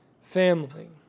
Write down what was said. family